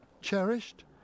cherished